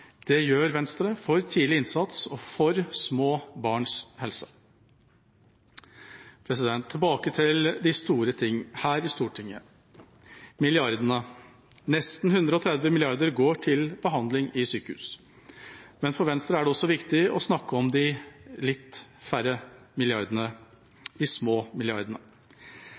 Det gjør Venstre – for tidlig innsats og for små barns helse. Tilbake til de store ting her i Stortinget, til milliardene. Nesten 130 mrd. kr går til behandling i sykehus. For Venstre er det også viktig å snakke om de litt færre milliardene,